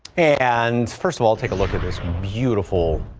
and first of all take a look at this beautiful.